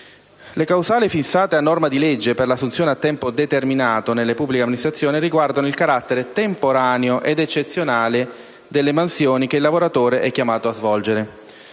Le causali fissate a norma di legge per l'assunzione a tempo determinato nelle pubbliche amministrazioni riguardano il carattere temporaneo ed eccezionale delle mansioni che il lavoratore è chiamato a svolgere.